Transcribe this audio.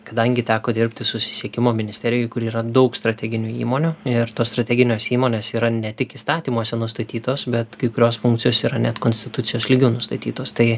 kadangi teko dirbti susisiekimo ministerijoj kur yra daug strateginių įmonių ir tos strateginės įmonės yra ne tik įstatymuose nustatytos bet kai kurios funkcijos yra net konstitucijos lygiu nustatytos tai